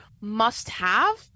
must-have